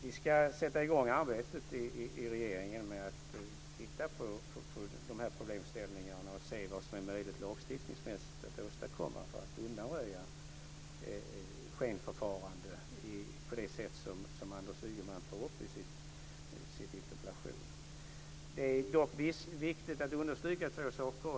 Vi ska sätta i gång arbetet i regeringen genom att titta på dessa problem och se vad som är möjligt att åstadkomma lagstiftningsmässigt för att undanröja skenförfarande på det sätt som Anders Ygeman tar upp i sin interpellation. Det är dock viktigt att understryka två saker.